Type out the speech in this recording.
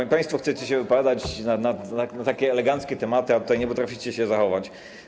A państwo chcecie się wypowiadać na takie eleganckie tematy, a tutaj nie potraficie się zachować.